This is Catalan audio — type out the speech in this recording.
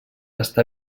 està